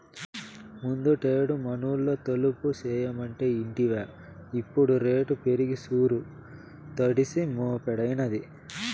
ముందుటేడు మనూళ్లో తలుపులు చేయమంటే ఇంటివా ఇప్పుడు రేటు పెరిగి సూరు తడిసి మోపెడైనాది